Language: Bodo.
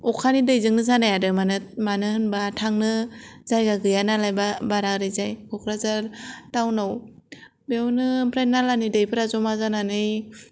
अखानि दैजोंनो जानाय आरो मानो होनोबा थांनो जायगा गैया नालाय बारा ओरैजाय क'क्राझार टावनाव बेयावनो नालानि दै फोरा जमा जानानै